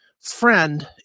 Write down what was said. friend